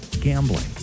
gambling